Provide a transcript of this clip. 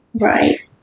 Right